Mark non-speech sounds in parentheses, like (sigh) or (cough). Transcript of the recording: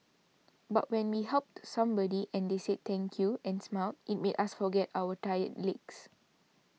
but when we helped somebody and they said thank you and smiled it made us forget our tired (noise) legs